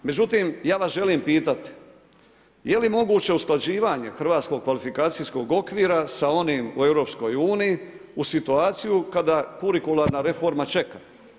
Međutim, ja vas želim pitati je li moguće usklađivanje hrvatskog kvalifikacijskog okvira sa onim u EU u situaciji kada kurikularna reforma čeka.